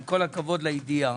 עם כל הכבוד לידיעה.